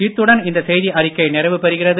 இத்துடன் இந்த செய்தி அறிக்கை நிறைவு பெறுகிறது